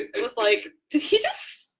and was like. did he just.